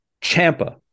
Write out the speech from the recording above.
Champa